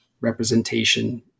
representation